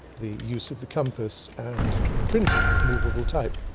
the use of the compass and printing with movable type.